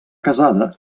casada